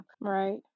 right